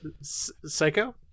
Psycho